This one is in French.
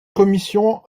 commission